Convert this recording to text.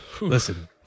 Listen